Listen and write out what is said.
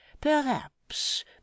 Perhaps